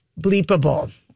bleepable